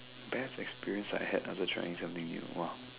bad experience I had other trying something new !wow!